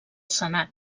senat